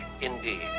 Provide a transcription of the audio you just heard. indeed